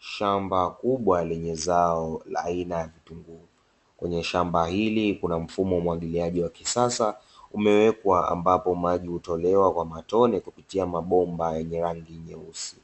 Shamba kubwa, lenye zao la aina ya kitunguu. Kwenye shamba hili kuna mfumo wa umwagiliaji wa kisasa umewekwa, ambapo maji hutolewa kwa matone kupitia mabomba yenye rangi nyeusi.